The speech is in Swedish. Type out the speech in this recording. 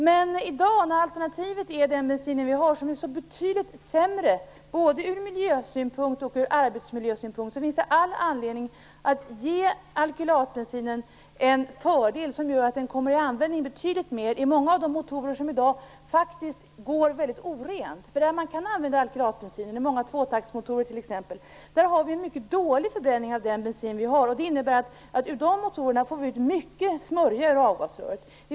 Men i dag, när alternativet är den bensin vi har som är så mycket sämre, både ur miljösynpunkt och ur arbetsmiljösynpunkt, finns det all anledning att ge alkylatbensinen en fördel som gör att den kommer i användning betydligt mer, t.ex. i många av de motorer som i dag går väldigt orent. Där man kan använda alkylatbensinen, i många tvåtaktsmotorer t.ex., har vi en mycket dålig förbränning av den bensin vi har, och det innebär att det kommer mycket smörja ur avgasröret på de motorerna.